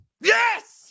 Yes